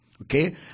Okay